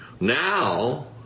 Now